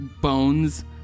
bones